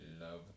love